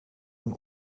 een